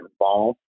involved